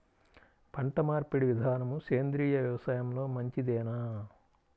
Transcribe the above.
పంటమార్పిడి విధానము సేంద్రియ వ్యవసాయంలో మంచిదేనా?